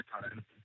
time